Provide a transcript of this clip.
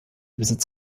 besitz